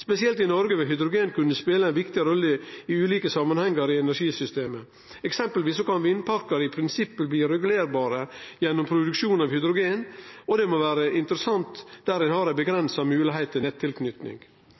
Spesielt i Noreg vil hydrogen kunne spele ei viktig rolle i ulike samanhengar i energisystemet. Eksempelvis kan vindparkar i prinsippet bli regulerbare gjennom produksjon av hydrogen, og det må vere interessant der ein har